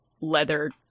leather